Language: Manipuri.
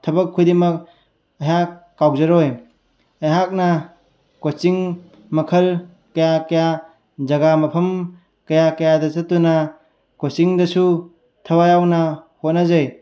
ꯊꯕꯛ ꯈꯨꯗꯤꯡꯃꯛ ꯑꯩꯍꯥꯛ ꯀꯥꯎꯖꯔꯣꯏ ꯑꯩꯍꯥꯛꯅ ꯀꯣꯆꯤꯡ ꯃꯈꯜ ꯀꯌꯥ ꯀꯌꯥ ꯖꯒꯥ ꯃꯐꯝ ꯀꯌꯥ ꯀꯌꯥꯗ ꯆꯠꯇꯨꯅ ꯀꯣꯆꯤꯡꯗꯁꯨ ꯊꯋꯥꯏ ꯌꯥꯎꯅ ꯍꯣꯠꯅꯖꯩ